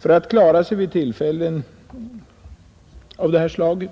För att poliserna skall klara sig vid tillfällen av detta slag